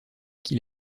qui